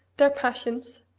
their passions,